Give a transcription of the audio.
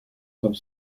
comme